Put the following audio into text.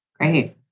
Great